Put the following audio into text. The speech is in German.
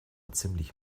ziemlich